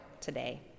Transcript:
today